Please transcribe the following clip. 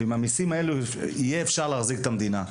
ועם המיסים האלו יהיה אפשר להחזיק את המדינה.